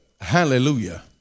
Hallelujah